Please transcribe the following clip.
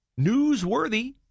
newsworthy